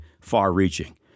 far-reaching